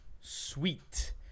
Sweet